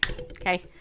Okay